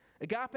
Agape